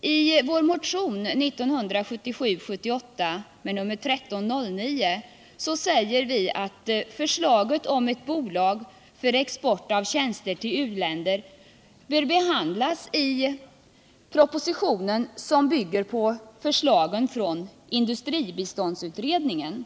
I vår motion 1977/78:1309 skriver vi att förslaget om ett bolag för export av tjänster till u-länder bör behandlas i den proposition som bygger på förslagen från industribiståndsutredningen.